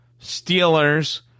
Steelers